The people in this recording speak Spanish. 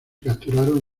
capturaron